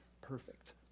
perfect